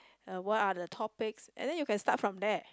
uh what are the topics and then you can start from there